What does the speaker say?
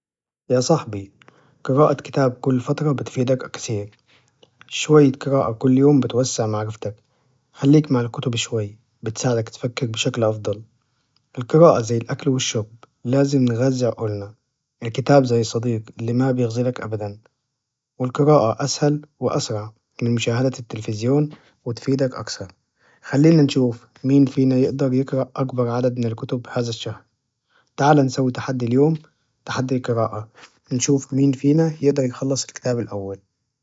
يا صاحبي، قراءة كتاب كل فترة بتفيدك كثير، شوية قراءة كل يوم بتوسع معرفتك، خليك مع الكتب شوي بتساعدك تفكر بشكل أفضل، القراءة زي الأكل والشرب، لازم نغزي عقولنا، الكتاب زي الصديق إللي ما بيخزلك أبدا، والقراءة أسهل وأسرع لمشاهدة التلفزيون وتفيدك أكسر. خلينا نشوف مين فينا يقدر يقرأ أكبر عدد من الكتب في هذا الشهر؟ تعالى نسوي تحدي اليوم، تحدي القراءة، نشوف مين فينا يقدر يخلص الكتاب الأول؟